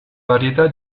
varietà